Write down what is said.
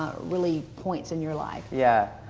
really, points in your life? yeah,